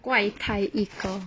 怪胎一个